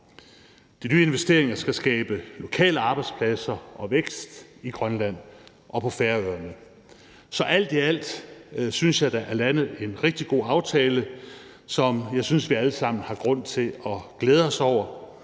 De nye investeringer skal skabe lokale arbejdspladser og vækst i Grønland og på Færøerne. Så alt i alt synes jeg, der er landet en rigtig god aftale, som jeg synes vi alle sammen har grund til at glæde os over,